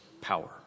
power